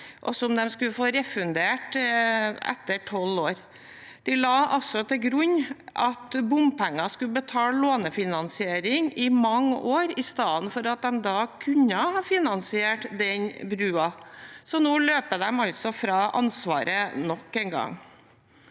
og som man skulle få refundert etter 12 år. De la altså til grunn at bompenger skulle betale lånefinansiering i mange år, i stedet for at man kunne ha finansiert brua. Nå løper man altså fra ansvaret nok en gang.